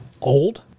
old